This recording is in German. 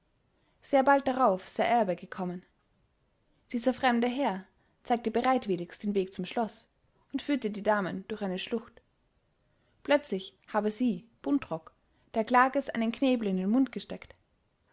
sehr bald darauf sei erbe gekommen dieser fremde herr zeigte bereitwilligst den weg zum schloß und führte die damen durch eine schlucht plötzlich habe sie buntrock der klages einen knebel in den mund gesteckt